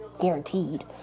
guaranteed